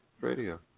Radio